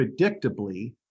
predictably